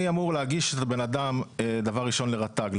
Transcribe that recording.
אני אמור להגיש את הבן אדם דבר ראשון לרט"ג,